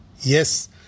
Yes